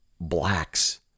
blacks